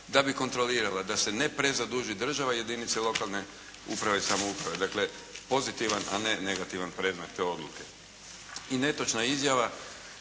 da bi kontrolirala da se ne prezaduži država, jedinice lokalne uprave i samouprave. Dakle, pozitivan a ne negativan predmet te odluke. I netočna je izjava